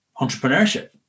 entrepreneurship